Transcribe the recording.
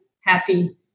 happy